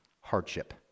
hardship